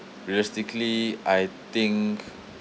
realistically I think